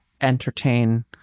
entertain